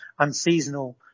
unseasonal